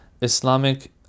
Islamic